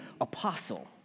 apostle